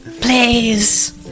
Please